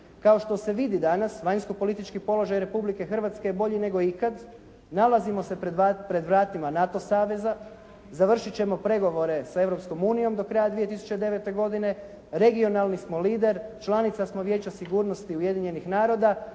Kao što se vidi danas vanjskopolitički položaj Republike Hrvatske je bolji nego ikad. Nalazimo se pred vratima NATO saveza. Završit ćemo pregovore sa Europskom unijom do kraja 2009. godine. Regionalni smo lider. Članica smo Vijeća sigurnosti Ujedinjenih naroda